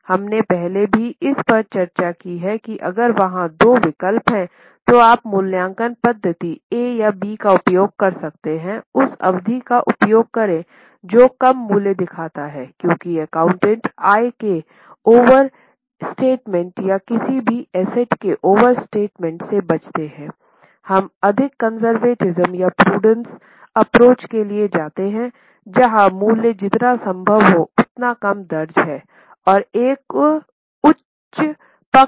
हमने पहले भी इस पर चर्चा की है कि अगर वहाँ दो विकल्प हैं तो आप मूल्यांकन पद्धति ए या बी का उपयोग कर सकते हैं उस विधि का उपयोग करें जो कम मूल्य दिखाता है क्योंकि एकाउंटेंट आय के ओवरस्टेटमेंट या किसी भी एसेट की ओवरस्टेटमेंट से बचते हैं हम अधिक कंज़र्वेटिस्म एप्रोच के लिए जाते हैं जहां मूल्य जितना संभव हो उतना कम दर्ज है और एक उच्च पक्ष पर नहीं है